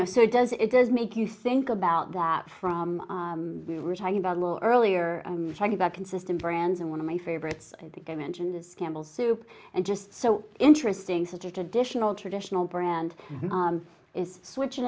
know so it does it does make you think about that from we were talking about a lot earlier talking about consistent brands and one of my favorites i think i mentioned campbell's soup and just so interesting such a traditional traditional brand is switching